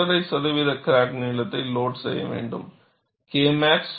5 சதவிகித கிராக் நீளத்தை லோட் செய்ய வேண்டும் K max〖0